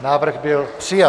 Návrh byl přijat.